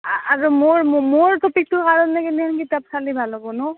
আৰু মোৰ মোৰ টপিকটো কাৰণে কেনেহেন কিতাপ চালে ভাল হ'ব ন